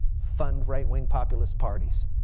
fund right wing populist parties.